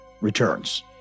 returns